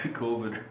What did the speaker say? covid